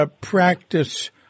practice